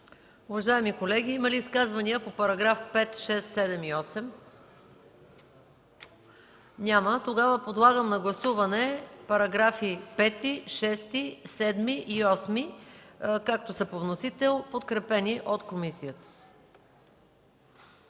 Уважаеми колеги, има ли изказвания по параграфи 5, 6, 7 и 8? Няма. Подлагам на гласуване параграфи 5, 6, 7 и 8, както са по вносител, подкрепени от комисията.